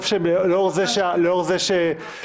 יש בקשת יושבי-ראש ועדות להקדמת דיון